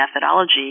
methodology